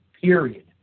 period